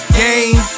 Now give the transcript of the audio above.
game